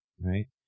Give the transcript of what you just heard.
right